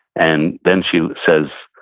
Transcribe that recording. and then she says,